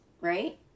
right